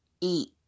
eat